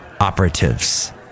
operatives